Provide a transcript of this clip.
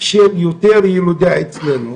של יותר ילודה אצלנו.